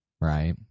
right